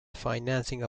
financing